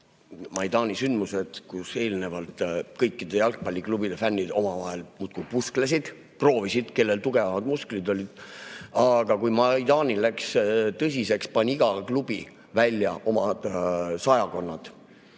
Maidani sündmused, kus eelnevalt kõikide jalgpalliklubide fännid omavahel muudkui pusklesid, proovisid, kellel on tugevamad musklid. Aga kui Maidanil läks tõsiseks, pani iga klubi välja oma sajakonnad.